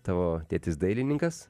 tavo tėtis dailininkas